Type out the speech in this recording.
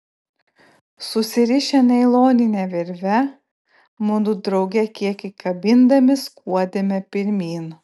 susirišę nailonine virve mudu drauge kiek įkabindami skuodėme pirmyn